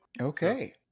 Okay